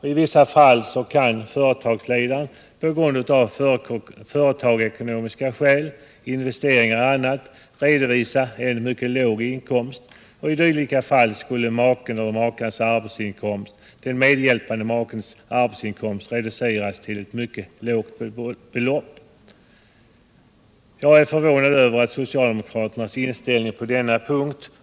I vissa fall kan företagstedaren av företagsekonomiska skäl — investeringar och annat —- redovisa en mycket låg inkomst, och då skulle den medhjälpande makens arbetsinkomst reduceras till ett mycket lågt belopp. Jag är som sagt förvånad över socialdemokraternas inställning på den punkten.